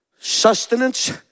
sustenance